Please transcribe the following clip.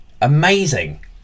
Amazing